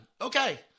Okay